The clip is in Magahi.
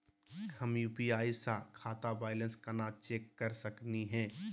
हम यू.पी.आई स खाता बैलेंस कना चेक कर सकनी हे?